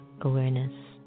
awareness